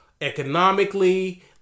economically